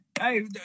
hey